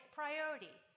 priority